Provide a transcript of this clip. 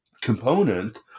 component